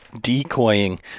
decoying